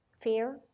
fear